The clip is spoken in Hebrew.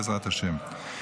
בעזרת השם.